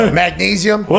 magnesium